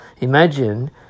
imagine